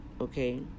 okay